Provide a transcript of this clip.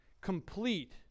complete